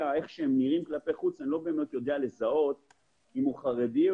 איך שהם נראים כלפי חוץ אני לא באמת יודע לזהות אם הם חרדים,